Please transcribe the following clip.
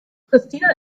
pristina